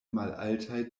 malaltaj